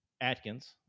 Atkins